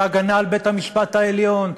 והגנה על בית-המשפט העליון,